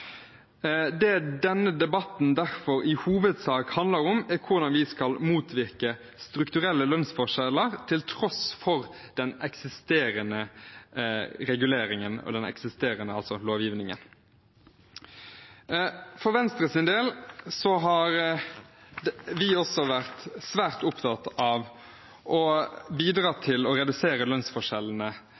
Det denne debatten derfor i hovedsak handler om, er hvordan vi skal motvirke strukturelle lønnsforskjeller til tross for den eksisterende reguleringen og den eksisterende lovgivningen. For Venstres del har vi også vært svært opptatt av å bidra til å redusere de kjønnsbaserte lønnsforskjellene